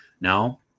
Now